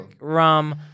rum